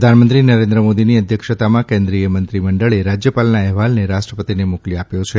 પ્રધાનમંત્રી નરેન્દ્ર મોદીની અધ્યક્ષતામાં કેન્દ્રિય મંત્રી મંડળે રાજયપાલના અહેવાલને રાષ્ટ્રપતિને મોકલી આપ્યો છે